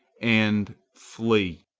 and flee.